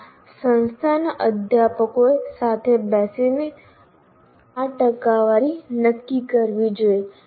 હા સંસ્થાના અધ્યાપકોએ સાથે બેસીને આ ટકાવારી નક્કી કરવી જોઈએ